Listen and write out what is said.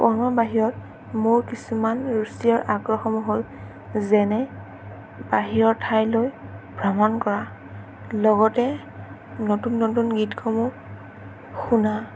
কৰ্মৰ বাহিৰত মোৰ কিছুমান ৰুচি আৰু আগ্ৰহসমূহ হ'ল যেনে বাহিৰৰ ঠাইলৈ ভ্ৰমণ কৰা লগতে নতুন নতুন গীতসমূহ শুনা